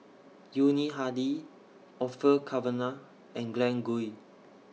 Yuni Hadi Orfeur Cavenagh and Glen Goei